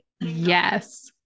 Yes